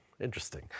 Interesting